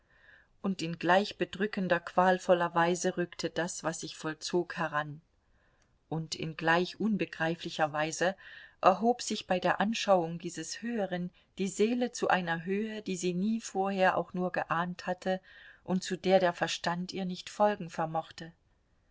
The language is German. und in gleich bedrückender qualvoller weise rückte das was sich vollzog heran und in gleich unbegreiflicher weise erhob sich bei der anschauung dieses höheren die seele zu einer höhe die sie nie vorher auch nur geahnt hatte und zu der der verstand ihr nicht zu folgen vermochte